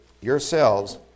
yourselves